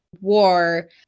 war